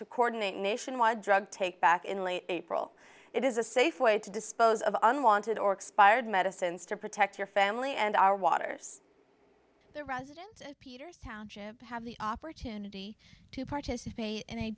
to coordinate nationwide drug take back in late april it is a safe way to dispose of unwanted or expired medicines to protect your family and our water the residents have the opportunity to participate in a